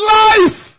life